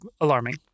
alarming